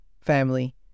family